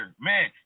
Man